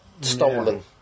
stolen